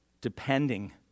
Depending